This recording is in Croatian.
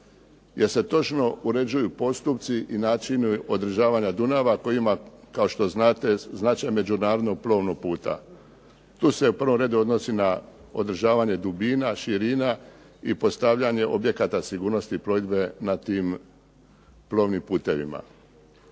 jer se točno uređuju postupci i načini održavanja Dunava koji ima kao što znate značaj međunarodnog plovnog puta. Tu se u prvom redu odnosi na održavanje dubina, širina i postavljanje objekata sigurnosti plovidbe na tim plovnim putevima.